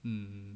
mm